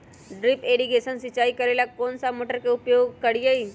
Drip irrigation सिंचाई करेला कौन सा मोटर के उपयोग करियई?